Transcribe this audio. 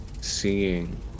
seeing